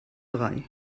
drei